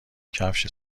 کفش